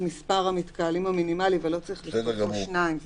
מספר המתקהלים המינימלי ולא צריך לכתוב פה שניים.